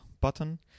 button